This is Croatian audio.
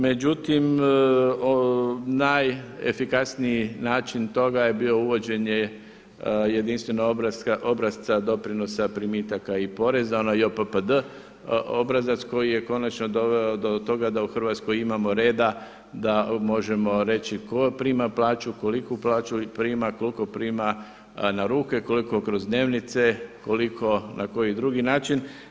Međutim, najefikasniji način toga je bilo uvođenje jedinstvenog obrasca doprinosa primitika i poreza, ono JPPD, obrazac koji je konačno doveo do toga da u Hrvatskoj imamo reda, da možemo reći tko prima plaću, koliku plaću prima, koliko prima na ruke, koliko kroz dnevnice, koliko na koji drugi način.